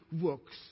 works